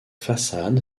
façade